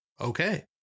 Okay